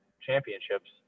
championships